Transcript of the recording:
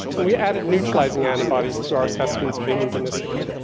and we added neutralizing antibodies to our assessments of immunogenicity.